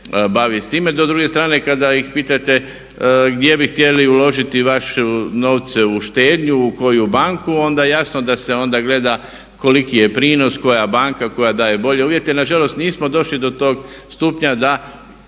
s druge strane kada ih pitate gdje bi htjeli uložiti vaše novce u štednju, u koju banku, onda jasno da se gleda koji je prinos, koja banka, koja daje bolje uvjete. Na žalost nismo došli do tog stupnja da